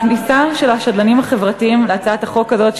הכניסה של השדלנים החברתיים להצעת החוק הזאת,